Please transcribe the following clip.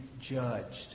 judged